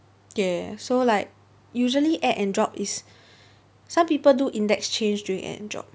yeah so like usually add and drop is some people do index change during add and drop